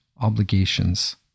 obligations